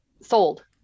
sold